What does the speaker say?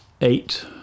eight